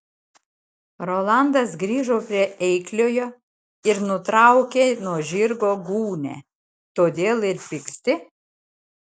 rolandas grįžo prie eikliojo ir nutraukė nuo žirgo gūnią todėl ir pyksti